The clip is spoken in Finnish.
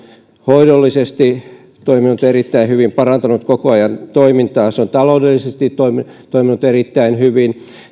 hoidollisesti toiminut erittäin hyvin parantanut koko ajan toimintaa se on taloudellisesti toiminut toiminut erittäin hyvin